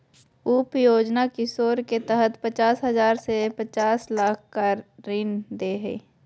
उप योजना किशोर के तहत पचास हजार से पांच लाख तक का ऋण दे हइ